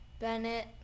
Bennett